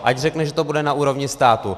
Ať řekne, že to bude na úrovni státu.